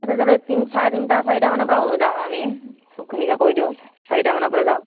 তাতে তাতে তিনি চাৰে তিনিটা চাৰিটা মানৰ পৰা যাওঁ আমি চবখিনিকে কৈ দিওঁ চাৰিটা মানৰ পৰা যাওঁ